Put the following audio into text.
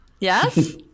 yes